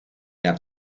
out